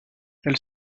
elle